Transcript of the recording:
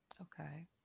Okay